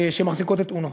שמחזיקות את אונר"א.